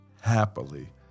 happily